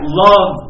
love